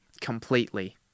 completely